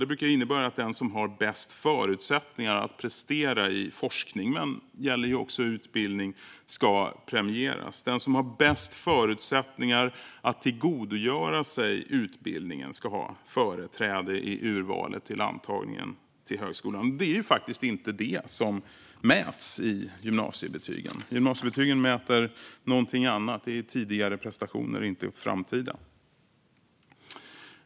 Det brukar innebära att den som har bäst förutsättningar att prestera i forskning - men det gäller också utbildning - ska premieras. Den som har bäst förutsättningar att tillgodogöra sig utbildningen ska ha företräde i urvalet till antagningen till högskolan. Men det är faktiskt inte det som gymnasiebetygen mäter. Gymnasiebetygen mäter någonting annat. Det är tidigare prestationer, inte framtida.